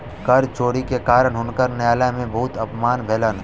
कर चोरी के कारण हुनकर न्यायालय में बहुत अपमान भेलैन